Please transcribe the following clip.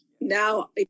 now